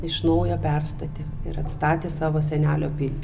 iš naujo perstatė ir atstatė savo senelio pilį